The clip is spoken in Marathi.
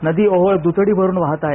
नदी ओहोळ दुथडी भरून वाहत आहेत